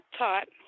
taught